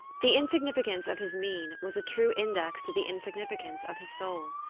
the insignificance of his mien was a true index to the insignificance of his soul.